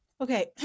Okay